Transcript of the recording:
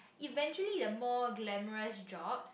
eventually the more glamorous jobs